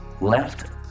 left